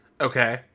Okay